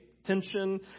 tension